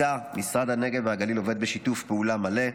שאיתה משרד הנגב והגליל עובד בשיתוף פעולה מלא.